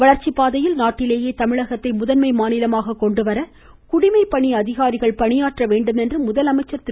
வளர்ச்சிப் பாதையில் நாட்டிலேயே தமிழகத்தை முதன்மை மாநிலமாக கொண்டுவர குடிமைப்பணி அதிகாரிகள் பணியாற்ற முதலமைச்சர் திரு